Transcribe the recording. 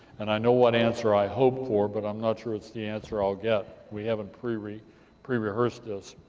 and i know what answer i hope for, but i'm not sure it's the answer i'll get. we haven't pre-rehearsed pre-rehearsed this.